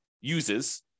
uses